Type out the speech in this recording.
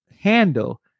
handle